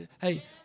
hey